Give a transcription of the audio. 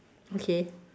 okay